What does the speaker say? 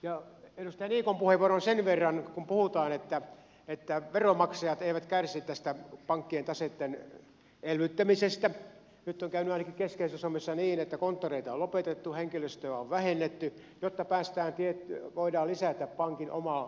edustaja niikon puheenvuoroon sen verran kun puhutaan että veronmaksajat eivät kärsi tästä pankkien taseitten elvyttämisestä että nyt on käynyt ainakin keski suomessa niin että konttoreita on lopetettu henkilöstöä on vähennetty jotta voidaan lisätä pankin omavaraisuutta